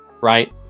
right